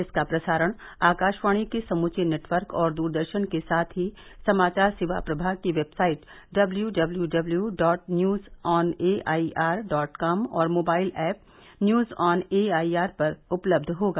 इसका प्रसारण आकाशवाणी के समूचे नेटवर्क और दूरदर्शन के साथ ही समाचार सेवा प्रभाग की website W W W W dot news on A I R dot com और mobile app news on A I R पर उपलब्ध होगा